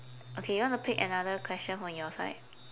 okay you want to pick another question from your side